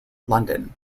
london